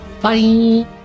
Bye